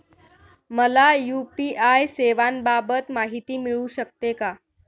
मला यू.पी.आय सेवांबाबत माहिती मिळू शकते का?